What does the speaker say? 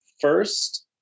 first